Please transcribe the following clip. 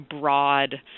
broad